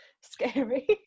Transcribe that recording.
scary